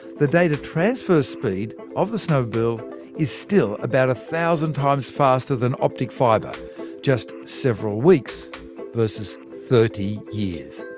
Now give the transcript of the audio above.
the data transfer speed of the snowmobile is still about a thousand times faster than optic fibre just several weeks versus thirty years.